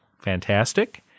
fantastic